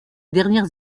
dernières